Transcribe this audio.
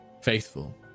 faithful